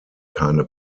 keine